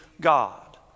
God